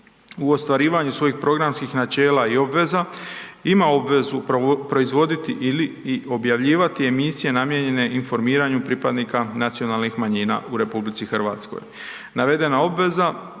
u ostvarivanju svojih programskih načela i obveza, ima obvezu proizvoditi ili i objavljivati emisije namijenjene informiranju pripadnika nacionalnih manjina u RH.